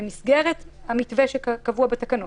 במסגרת המתווה שקבוע בתקנות.